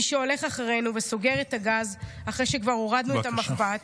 מי שהולך אחרינו וסוגר את הגז אחרי שכבר הורדנו את המחבת,